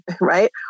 right